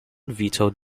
vetoed